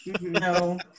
no